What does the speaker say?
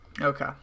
Okay